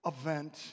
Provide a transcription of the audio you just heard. event